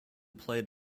played